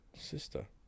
sister